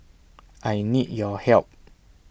I need your help